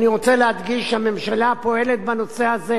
אני רוצה להדגיש שהממשלה פועלת בנושא הזה